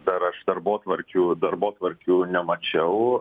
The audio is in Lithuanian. dar aš darbotvarkių darbotvarkių nemačiau